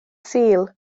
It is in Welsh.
sul